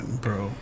bro